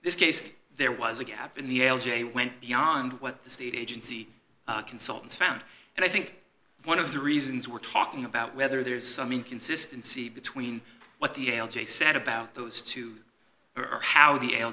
this case there was a gap in the l j went beyond what the state agency consultants found and i think one of the reasons we're talking about whether there is some inconsistency between what the ale jay said about those two or how the l